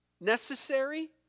necessary